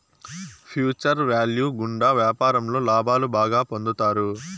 future value గుండా వ్యాపారంలో లాభాలు బాగా పొందుతారు